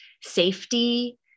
safety